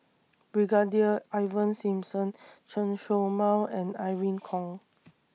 Brigadier Ivan Simson Chen Show Mao and Irene Khong